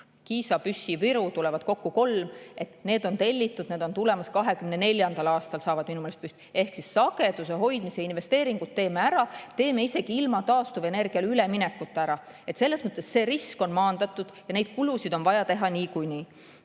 [alajaama] need tulevad, kokku kolm – on tellitud, need on tulemas, 2024. aastal saavad minu meelest püsti. Ehk sageduse hoidmise investeeringud teeme ära, teeme isegi ilma taastuvenergiale üleminekuta ära. Selles mõttes on see risk maandatud ja neid kulutusi on vaja teha niikuinii.